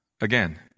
again